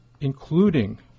including